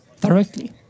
directly